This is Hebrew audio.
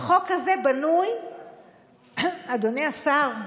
אדוני השר,